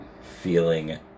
feeling